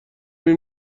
این